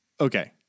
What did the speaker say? Okay